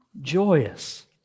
joyous